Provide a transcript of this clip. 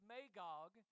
Magog